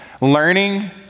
learning